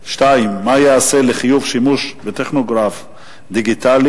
2. מה ייעשה לחיוב שימוש בטכוגרף דיגיטלי?